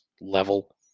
level